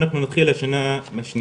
אנחנו נתחיל את השנה השנייה.